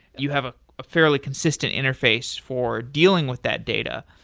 you have ah a fairly consistent interface for dealing with that data.